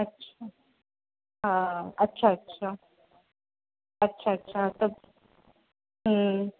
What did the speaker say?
अच्छा हा अच्छा अच्छा अच्छा अच्छा त हूं